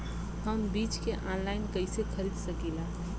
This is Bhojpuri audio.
हम बीज के आनलाइन कइसे खरीद सकीला?